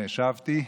שבתי,